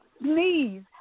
sneeze